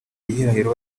gihirahiro